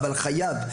אבל חייב,